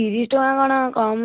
ତିରିଶ ଟଙ୍କା କ'ଣ କମ୍